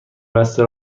بسته